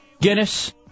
Guinness